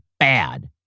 bad